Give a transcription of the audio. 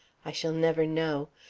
i shall never know.